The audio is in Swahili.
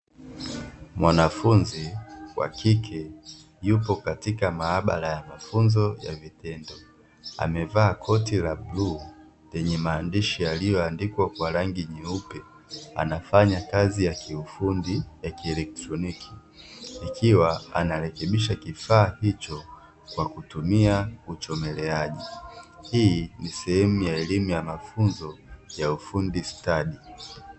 Mwanafunzi wa kike yupo katika mahabara ya mafunzo ya vitendo amevaa koti la bluu lenye maandishi yameandikwa kwa rangi nyeupe, anafanya kazi ya kiufundi ya kieletroniki. Ikiwa narekebisha kifaa hicho kwa kutumia uchomeleaji, hii ni sehemu ya mafunzo ya ufundi stadi.